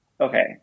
Okay